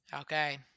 Okay